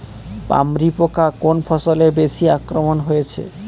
পামরি পোকা কোন ফসলে বেশি আক্রমণ হয়েছে?